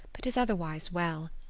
but is otherwise well.